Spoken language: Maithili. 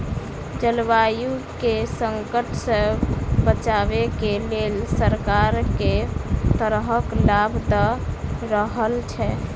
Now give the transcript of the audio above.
जलवायु केँ संकट सऽ बचाबै केँ लेल सरकार केँ तरहक लाभ दऽ रहल छै?